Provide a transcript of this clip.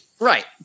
Right